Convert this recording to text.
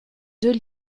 deux